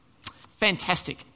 Fantastic